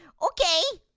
okay?